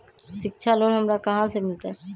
शिक्षा लोन हमरा कहाँ से मिलतै?